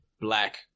black